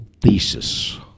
thesis